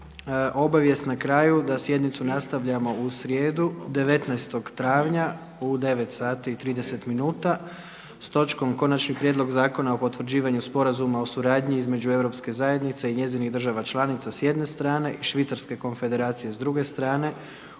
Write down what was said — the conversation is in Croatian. Obavijest na kraju da sjednicu nastavljamo u srijedu 19. travnja u 9,30 minuta s točkom Konačni prijedlog zakona o potvrđivanju Sporazuma o suradnji između Europske zajednice i njezinih država članica s jedne strane i Švicarske konfederacije s druge strane